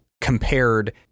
compared